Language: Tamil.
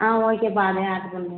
ஆ ஓகேப்பா அதே ஆட்ரு பண்ணுங்கள்